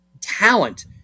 talent